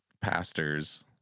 pastors